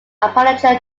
appalachian